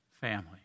family